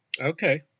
Okay